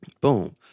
boom